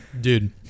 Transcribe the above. Dude